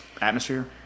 atmosphere